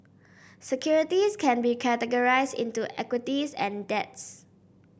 securities can be categorize into equities and debts